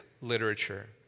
literature